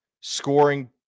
scoring